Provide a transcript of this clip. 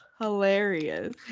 hilarious